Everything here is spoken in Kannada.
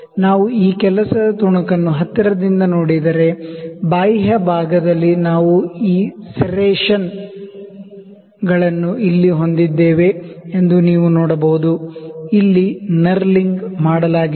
ನಾವು ಈ ವರ್ಕ್ ಪೀಸ್ ನ್ನು ಹತ್ತಿರದಿಂದ ನೋಡಿದರೆ ಬಾಹ್ಯ ಭಾಗದಲ್ಲಿ ನಾವು ಈ ಸೆರೇಶನ್ಗಳನ್ನು ಇಲ್ಲಿ ಹೊಂದಿದ್ದೇವೆ ಎಂದು ನೀವು ನೋಡಬಹುದು ಇಲ್ಲಿ ನರ್ಲಿಂಗ್ ಮಾಡಲಾಗಿದೆ